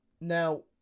Now